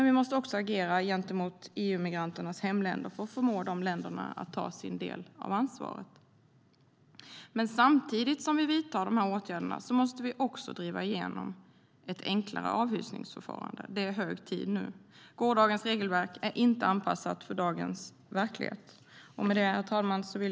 Vi måste också agera gentemot EU-migranternas hemländer för att förmå dessa länder att ta sin del av ansvaret. Herr talman!